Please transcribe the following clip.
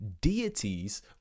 deities